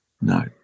No